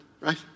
right